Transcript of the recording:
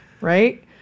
right